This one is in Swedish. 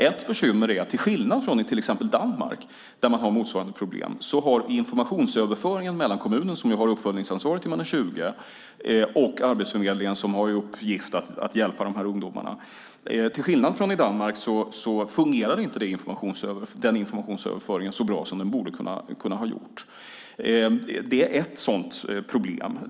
Ett bekymmer är att till skillnad från i till exempel Danmark där man har motsvarande problem fungerar inte informationsöverföringen så bra som den borde kunna ha gjort mellan kommunen, som ju har uppföljningsansvaret tills man är 20, och Arbetsförmedlingen som har i uppgift att hjälpa de här ungdomarna. Det är ett sådant problem.